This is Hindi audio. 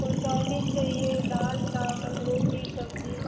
हमको चाऊमीन चाहिए दाल चावल रोटी सब्जी